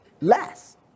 less